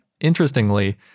Interestingly